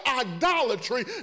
idolatry